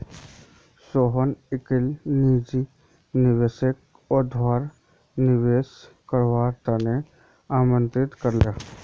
सोहन कईल निजी निवेशकक वर्धात निवेश करवार त न आमंत्रित कर ले